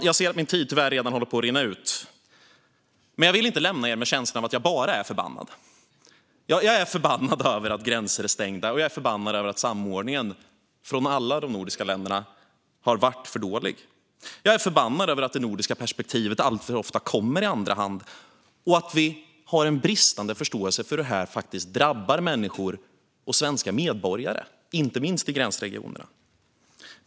Jag ser att min talartid tyvärr redan håller på att rinna ut. Men jag vill inte lämna er med känslan av att jag bara är förbannad. Ja, jag är förbannad över att gränser är stängda. Jag är förbannad över att samordningen från alla de nordiska länderna har varit för dålig. Jag är förbannad över att det nordiska perspektivet alltför ofta kommer i andra hand och över att vi har en bristande förståelse för hur detta drabbar människor, även svenska medborgare, inte minst i gränsregionerna.